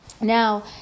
Now